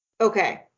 Okay